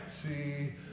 see